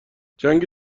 جنگ